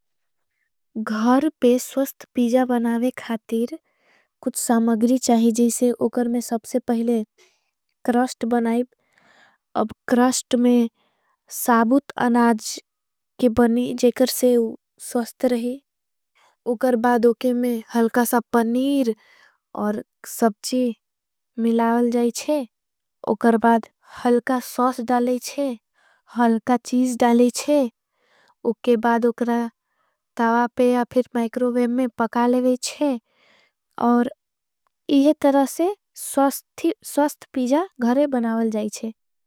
गहर पे स्वस्त पीजा बनावे खातेर कुछ सामगरी चाही। जैसे उकर में सबसे पहले क्रॉस्ट बनाईब अब क्रॉस्ट। में साबुत अनाज के बनी जेकर से उकर स्वस्त रही। उकर बाद उकर में हलकासा पनीर और सबजी। मिलावल जाईचे उकर बाद हलका सॉस डालेचे हलका। चीज डालेच उकर बाद उकर तावा पे और मैकरोवेम। में पका लेवेचे इहे तरह से स्वस्त पीजा घरे बनावल जाईचे।